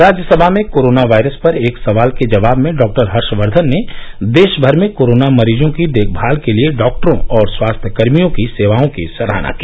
राज्यसभा में corona virus पर एक सवाल के जवाब में डॉक्टर हर्षवर्धन ने देशभर में कोरोना मरीजों की देखभाल के लिए डॉक्टरों और स्वास्थ्यकर्मियों की सेवाओं की सराहना की